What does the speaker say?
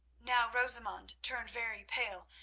now rosamund turned very pale,